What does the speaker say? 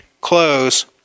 close